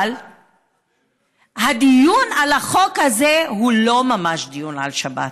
אבל הדיון על החוק הזה הוא לא ממש דיון על שבת,